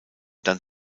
dann